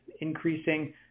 increasing